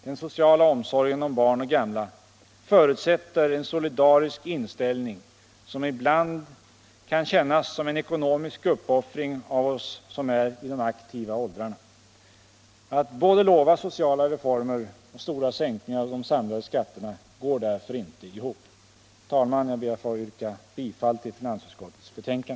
Den sociala omsorgen om barn och gamla förutsätter en solidarisk inställning, och det kan ibland kännas som en ekonomisk uppoffring av oss som är i de aktiva åldrarna. Att både lova sociala reformer och stora sänkningar av de samlade skatterna går därför inte ihop. Herr talman! Jag ber att få yrka bifall till finansutskottets hemställan.